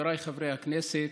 חבריי חברי הכנסת,